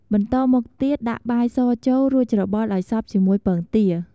បន្តមកទៀតដាក់បាយសចូល រួចច្របល់ឱ្យសព្វជាមួយពងទា។